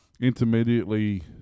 intermediately